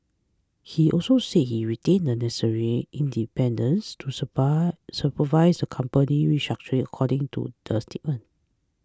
he also said he retains the necessary independence to supervise the company's restructuring according to the statement